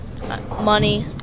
money